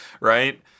right